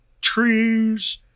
trees